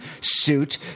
suit